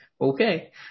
Okay